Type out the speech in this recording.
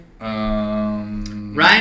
Ryan